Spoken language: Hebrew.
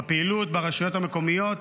בפעילות ברשויות המקומיות.